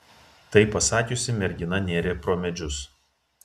tai pasakiusi mergina nėrė pro medžius